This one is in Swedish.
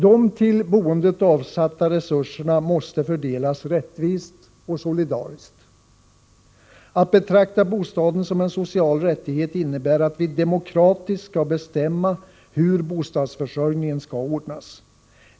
De till boendet avsatta resurserna måste fördelas rättvist och solidariskt. Att betrakta bostaden som en social rättighet innebär att vi demokratiskt skall bestämma hur bostadsförsörjningen skall ordnas.